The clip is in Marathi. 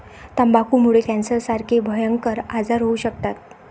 तंबाखूमुळे कॅन्सरसारखे भयंकर आजार होऊ शकतात